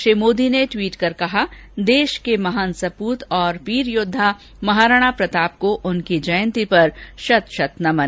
श्री मोदी ने टवीट कर कहा देश के महान सपूत और वीर योद्धा महाराणा प्रताप को उनकी जयंती पर शत शत नमन